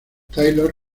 taylor